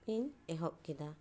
ᱤᱧ ᱮᱦᱚᱵ ᱠᱮᱫᱟ